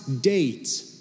date